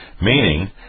Meaning